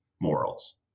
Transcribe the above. morals